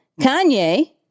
Kanye